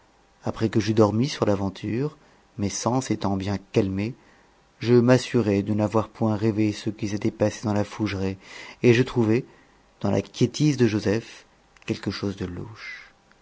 après que j'eus dormi sur l'aventure mes sens étant bien calmés je m'assurai de n'avoir point rêvé ce qui s'était passé dans la fougeraie et je trouvais dans la quiétise de joseph quelque chose de louche